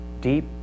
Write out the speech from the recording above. deep